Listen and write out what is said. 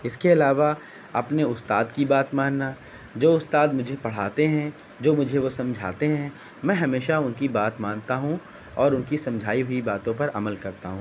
اس کے علاوہ اپنے استاد کی بات ماننا جو استاد مجھے پڑھاتے ہیں جو مجھے وہ سمجھاتے ہیں میں ہمیشہ ان کی بات مانتا ہوں اور ان کی سمجھائی ہوئی باتوں پر عمل کرتا ہوں